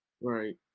Right